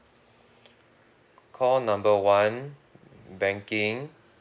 call number one banking